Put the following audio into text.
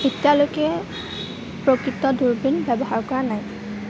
এতিয়ালৈকে প্ৰকৃত দূৰবীণ ব্যৱহাৰ কৰা নাই